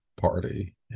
Party